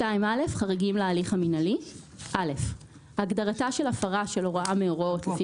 2א.חריגים להליך המינהלי הגדרתה של הפרה של הוראה מהוראות לפי